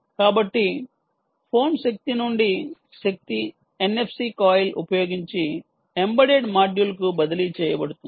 కాబట్టి ఫోన్ శక్తి నుండి శక్తి NFC కాయిల్ ఉపయోగించి ఎంబెడెడ్ మాడ్యూల్కు బదిలీ చేయబడుతోంది